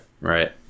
Right